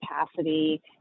capacity